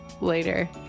later